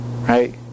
Right